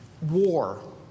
war